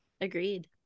Agreed